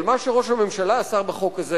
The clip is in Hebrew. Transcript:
אבל מה שראש הממשלה עשה בחוק הזה